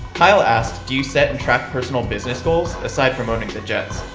kyle asks, do you set and track personal business goals aside from owning the jets?